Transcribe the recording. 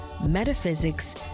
metaphysics